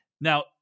Now